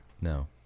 No